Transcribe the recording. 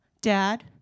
Dad